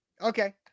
Okay